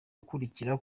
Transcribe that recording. ukurikira